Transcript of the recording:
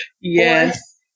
Yes